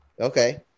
Okay